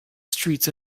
streets